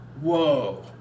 whoa